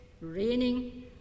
raining